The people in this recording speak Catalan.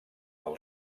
del